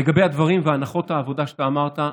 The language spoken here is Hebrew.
לגבי הדברים והנחות העבודה שאתה אמרת,